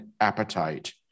appetite